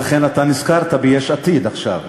ולכן אתה נזכרת ביש עתיד עכשיו.